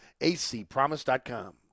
acpromise.com